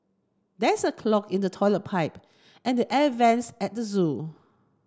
there's a clog in the toilet pipe and the air vents at the zoo